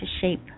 shape